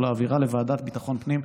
ולהעבירה לוועדה לביטחון הפנים,